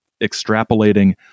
extrapolating